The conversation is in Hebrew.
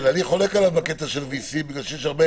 אני חולק עליו בנושא ה-VC בגלל שיש הרבה